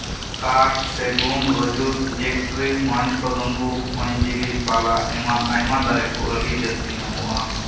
ᱠᱟᱴᱷ ᱥᱮᱜᱩᱱ ᱨᱚᱡᱩᱰ ᱡᱮᱠᱴᱤᱨᱤ ᱢᱟᱡᱠᱫᱩᱢᱵᱩ ᱮᱢᱟᱱ ᱟᱭᱢᱟ ᱫᱟᱨᱮ ᱠᱩ ᱟᱹᱰᱤ ᱡᱟᱹᱥᱛᱤ ᱧᱟᱢᱚᱜᱼᱟ